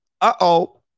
Uh-oh